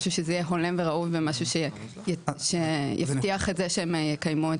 משהו שיהיה הולם וראוי, שיבטיח שהם יקיימו אותו.